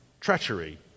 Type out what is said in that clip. treachery